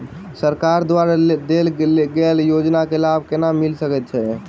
सरकार द्वारा देल गेल योजना केँ लाभ केना मिल सकेंत अई?